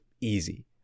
easy